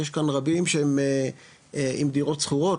יש כאן רבים שהם עם דירות שכורות,